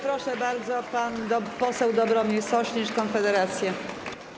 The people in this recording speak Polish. Proszę bardzo, pan poseł Dobromir Sośnierz, Konfederacja.